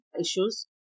issues